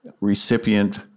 recipient